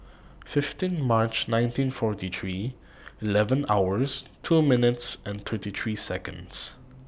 fifteen March nineteen forty three eleven hours two minutes and thirty three Seconds